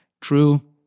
True